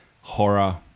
horror